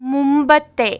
മുൻപത്തെ